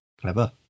Clever